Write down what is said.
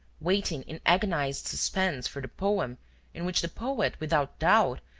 waiting in agonized suspense for the poem in which the poet, without doubt,